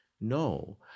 No